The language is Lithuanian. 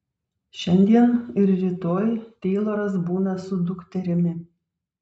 šiandien ir rytoj teiloras būna su dukterimi